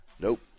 Nope